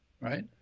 Right